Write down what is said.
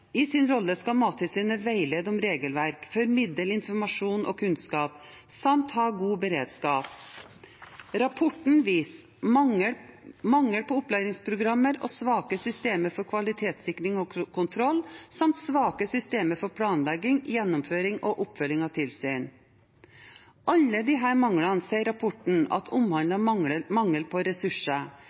rolle skal Mattilsynet veilede om regelverk, formidle informasjon og kunnskap samt ha god beredskap. Rapporten viser at det er mangel på opplæringsprogrammer, svake systemer for kvalitetssikring og -kontroll samt svake systemer for planlegging, gjennomføring og oppfølging av tilsyn. Alle disse manglene sier rapporten handler om mangel på ressurser,